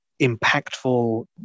impactful